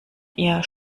ihr